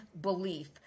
belief